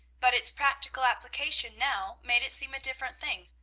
but its practical application now made it seem a different thing.